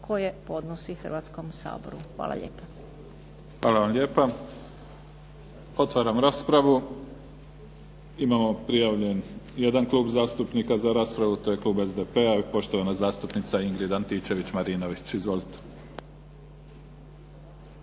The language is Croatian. koje podnosi Hrvatskom saboru. Hvala lijepa. **Mimica, Neven (SDP)** Hvala vam lijepa. Otvaram raspravu. Imamo prijavljen jedan klub zastupnika za raspravu. To je klub SDP-a i poštovana zastupnica Ingrid Antičević-Marinović. Izvolite.